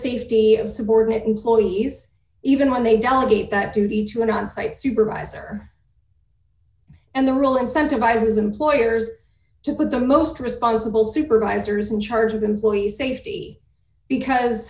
safety of subordinate employees even when they delegate that duty to an onsite supervisor and the rule incentivizes employers to put the most responsible supervisors in charge of employees safety because